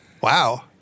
wow